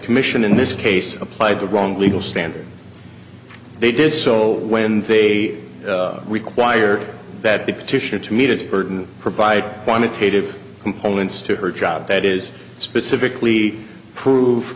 commission in this case applied the wrong legal standard they did so when they required that the petitioner to meet its burden provide quantitative components to her job that is specifically prove